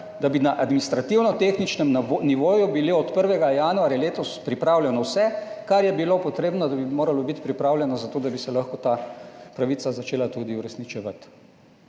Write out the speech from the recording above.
da bi na administrativno tehničnem nivoju bilo od 1. januarja letos pripravljeno vse, kar je bilo potrebno, da bi moralo biti pripravljeno za to, da bi se lahko ta pravica začela tudi uresničevati.